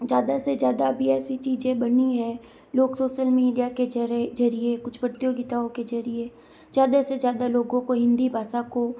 ज़्यादा से ज़्यादा अभी ऐसी चीज़ें बनी हैं लोग सोसल मीडिया के ज़रिए कुछ प्रतियोगितायों के ज़रिए ज़्यादा से ज़्यादा लोगों को हिन्दी भाषा को